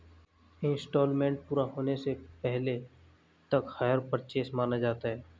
instalment पूरा होने से पहले तक हायर परचेस माना जाता है